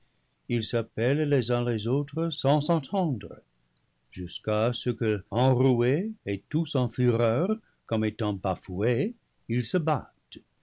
ils s'appellent les uns les autres sans s'enten de cire jusqu'à ce que enroués et tous en fureur comme étant baou ils se battent